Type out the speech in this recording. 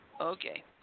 Okay